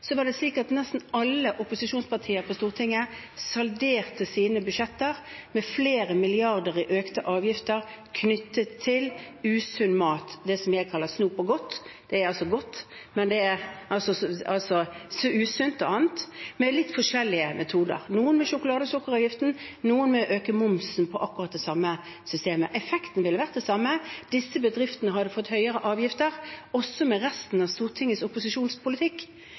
var det slik at nesten alle opposisjonspartier på Stortinget salderte sine budsjetter med flere milliarder i økte avgifter knyttet til usunn mat, det som jeg kaller snop og godt – det er altså godt, men det er usunt og annet – med litt forskjellige metoder, noen med sjokolade- og sukkeravgiften, noen ved å øke momsen på akkurat det samme systemet. Effekten ville vært den samme. Disse bedriftene hadde fått høyere avgifter også med resten av